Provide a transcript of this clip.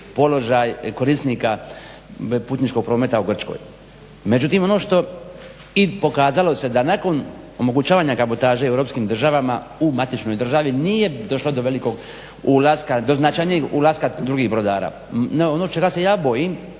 položaj korisnika putničkog prometa u Grčkoj. Međutim, ono što, i pokazalo se da nakon omogućavanja kabotaže u Europskim državama, u matičnoj državi nije došlo do velikog ulaska, do značajnijeg ulaska drugih brodara. No ono čega se ja bojim